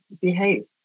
behave